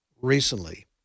recently